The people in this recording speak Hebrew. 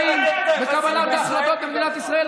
אין לכם מקום להיות שותפים בקבלת החלטות במדינת ישראל.